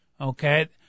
Okay